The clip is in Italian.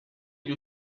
gli